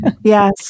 Yes